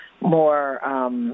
more